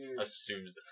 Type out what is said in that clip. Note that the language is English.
assumes